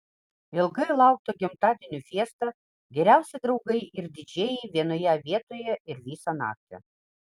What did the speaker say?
ilgai laukta gimtadienio fiesta geriausi draugai ir didžėjai vienoje vietoje ir visą naktį